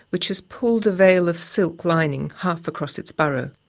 which has pulled a veil of silk lining half across its burrow.